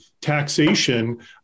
taxation